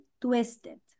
twisted